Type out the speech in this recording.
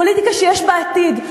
פוליטיקה שיש בה עתיד,